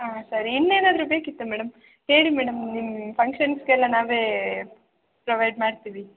ಹಾಂ ಸರಿ ಇನ್ನೇನಾದರೂ ಬೇಕಿತ್ತಾ ಮೇಡಮ್ ಹೇಳಿ ಮೇಡಮ್ ನಿಮ್ಮ ಫಂಕ್ಷನ್ಸ್ಗೆಲ್ಲ ನಾವೇ ಪ್ರೊವೈಡ್ ಮಾಡ್ತೀವಿ